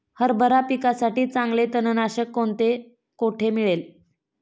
हरभरा पिकासाठी चांगले तणनाशक कोणते, कोठे मिळेल?